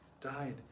died